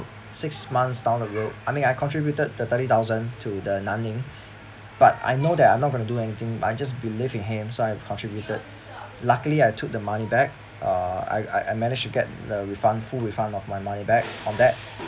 six months down the road I mean I contributed the thirty thousand to the nanning but I know that I'm not gonna do anything I just believe in him so I contributed luckily I took the money back uh I I I managed to get the refund full refund of my money back on that